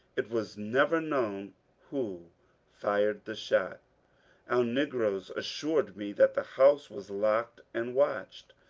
it was never known who fired the shot our negro assured me that the house was locked and watched.